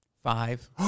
Five